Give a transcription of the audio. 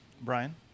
Brian